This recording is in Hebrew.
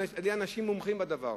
על-ידי מומחים בדבר.